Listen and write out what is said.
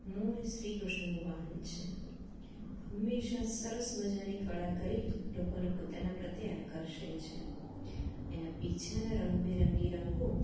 મોર શ્રીકૃષ્ણનું વાહન છે હંમેશાં સરસ મજાની કળા કરી લોકોને પોતાના પ્રત્યે આકર્ષે છે એની પીંછીના રંગબેરંગી રંગો